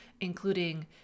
including